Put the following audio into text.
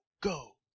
go